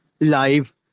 live